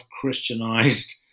Christianized